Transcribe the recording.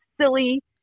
silly